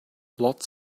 lots